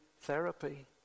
therapy